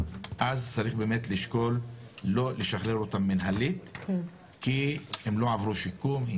אז צריך באמת לשקול לא לשחרר אותם מנהלית כי הם לא עברו שיקום.